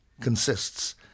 consists